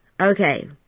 okay